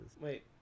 Wait